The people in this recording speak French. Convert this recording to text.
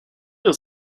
dans